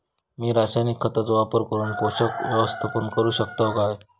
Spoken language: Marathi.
मी रासायनिक खतांचो वापर करून पोषक व्यवस्थापन करू शकताव काय?